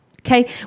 Okay